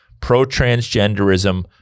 pro-transgenderism